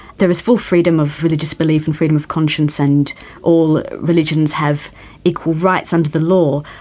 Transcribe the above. there is full freedom of religious belief and freedom of conscience and all religions have equal rights under the law.